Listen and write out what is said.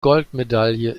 goldmedaille